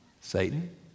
Satan